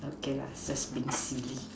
okay lah just being silly